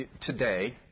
today